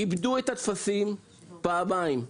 איבדו את הטפסים פעמיים,